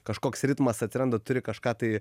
kažkoks ritmas atsiranda turi kažką tai